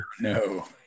No